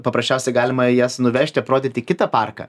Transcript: paprasčiausiai galima jas nuvežti aprodyti kitą parką